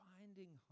Finding